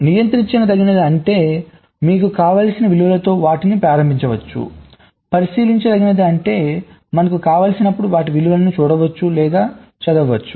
నియంత్రించదగినది అంటే మీకు కావలసిన విలువలతో వాటిని ప్రారంభించవచ్చు పరిశీలించదగినది అంటే మనకు కావలసినప్పుడు వాటి విలువలను చూడవచ్చు లేదా చదవవచ్చు